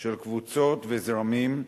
של קבוצות וזרמים,